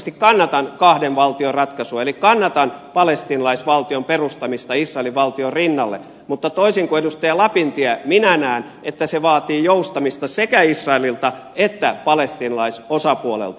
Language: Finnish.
henkilökohtaisesti kannatan kahden valtion ratkaisua eli kannatan palestiinalaisvaltion perustamista israelin valtion rinnalle mutta toisin kuin edustaja lapintie minä näen että se vaatii joustamista sekä israelilta että palestiinalaisosapuolelta